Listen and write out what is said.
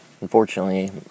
unfortunately